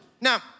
now